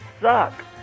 suck